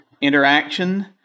Interaction